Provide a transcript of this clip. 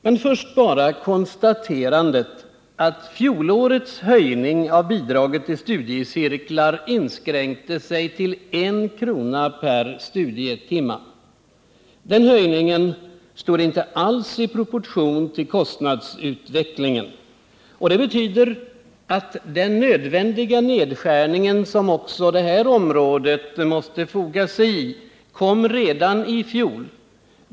Men först bara konstaterandet att fjolårets höjning av bidraget till studiecirklar inskränkte sig till I kr. per studietimme. Den höjningen står inte alls i proportion till kostnadsutvecklingen. Det betyder att den nödvändiga nedskärningen, som också det här området måste foga sig i, kom redan i fjol.